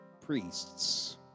priests